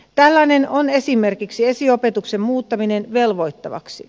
tällainen on esimerkiksi esiopetuksen muuttaminen velvoittavaksi